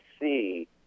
see